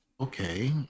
okay